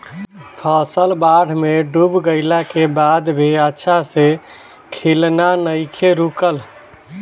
फसल बाढ़ में डूब गइला के बाद भी अच्छा से खिलना नइखे रुकल